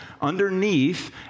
underneath